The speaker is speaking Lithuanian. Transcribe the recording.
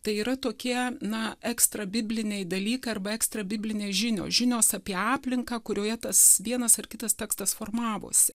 tai yra tokie na ekstra bibliniai dalykai arba ekstra biblinės žinios žinios apie aplinką kurioje tas vienas ar kitas tekstas formavosi